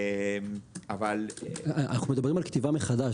אבל --- אנחנו מדברים על כתיבה מחדש.